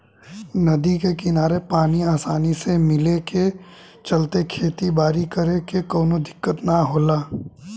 नदी के किनारे पानी आसानी से मिले के चलते खेती बारी करे में कवनो दिक्कत ना होला